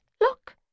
Look